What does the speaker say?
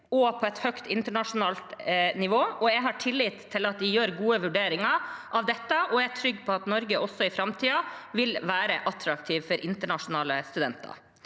og på et høyt internasjonalt nivå. Jeg har tillit til at de gjør gode vurderinger av dette, og jeg er trygg på at Norge også i framtiden vil være attraktivt for internasjonale studenter.